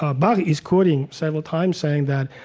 ah but is quoted several times saying that,